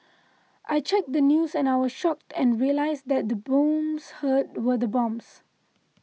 I checked the news and I was shocked and realised that the booms heard were bombs